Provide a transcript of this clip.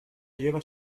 lleva